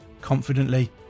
confidently